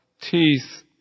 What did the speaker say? teeth